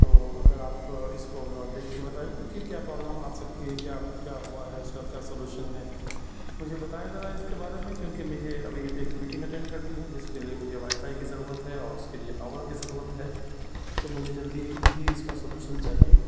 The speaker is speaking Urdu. تو اگر آپ اس کو ذرا دیکھ کے بتائیں گے کہ کیا پرابلم آ سکتی ہے کیا کیا ہوا ہے اس کا کیا سولوشن ہے مجھے بتائیں ذرا اس کے بارے میں کیونکہ مجھے ابھی ایک میٹنگ اٹینڈ کرنی ہے جس کے لیے مجھے وائی فائی کی ضرورت ہے اور اس کے لیے پاور کی ضرورت ہے تو مجھے جلدی ہی اس کا سولوشن چاہیے